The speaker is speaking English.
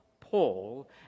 Paul